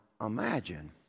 imagine